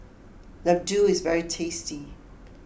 Laddu is very tasty